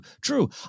true